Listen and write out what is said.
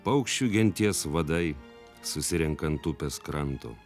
paukščių genties vadai susirenka ant upės kranto